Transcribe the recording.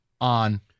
on